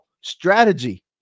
strategy